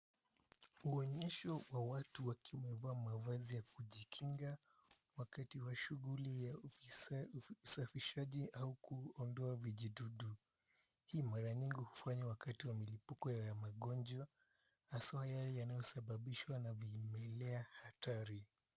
Huu onyesho wa watu wakiwa wamevaa mavazi ya kujikinga wakati wa shughuli ya usafishaji au kuondoa vijidudu. Hii mara nyingi hufanywa wakati wa milipuko ya magonjwa hasa yale yanayosababishwa na vimelea hatari.